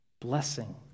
blessing